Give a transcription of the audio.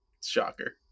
Shocker